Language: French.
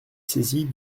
saisie